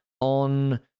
on